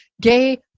gay